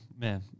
man